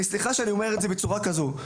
סליחה שאני אומר את זה בצורה כזו,